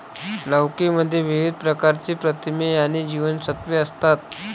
लौकी मध्ये विविध प्रकारची प्रथिने आणि जीवनसत्त्वे असतात